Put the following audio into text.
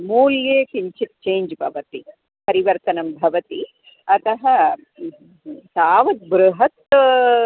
मूल्ये किञ्चित् चेञ्ज् भवति परिवर्तनं भवति अतः तावत् बृहत्